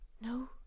No